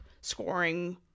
scoring